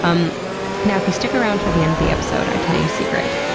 um now, if you stick around toward the end of the episode, i tell you a secret.